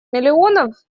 миллионов